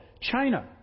China